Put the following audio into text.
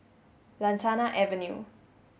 Lantana Avenue